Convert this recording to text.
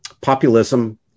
populism